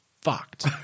fucked